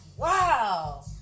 Wow